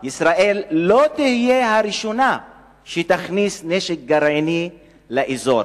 ישראל לא תהיה הראשונה שתכניס נשק גרעיני לאזור.